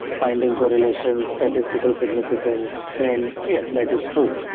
finding correlations, statistical significance trends. yes, that is true,